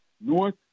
North